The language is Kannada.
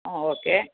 ಹಾಂ ಓಕೆ